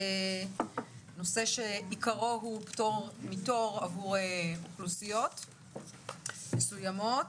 נושא שעיקרו הוא פטור מתור עבור אוכלוסיות מסוימות,